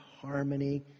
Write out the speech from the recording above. harmony